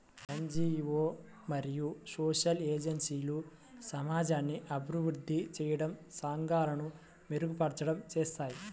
NGO మరియు social ఏజెన్సీలు సమాజాన్ని అభివృద్ధి చేయడం, సంఘాలను మెరుగుపరచడం చేస్తాయి